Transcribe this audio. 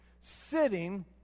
Sitting